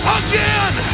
again